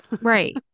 right